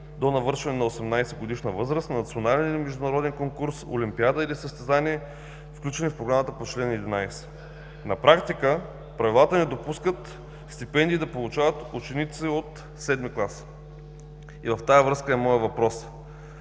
до навършване на 18-годишна възраст на национален или международен конкурс, олимпиада или състезание, включени в Програмата по чл. 11. На практика правилата не допускат стипендии да получават ученици от VII клас. В тази връзка е моят въпрос: